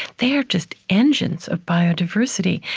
they are just engines of biodiversity.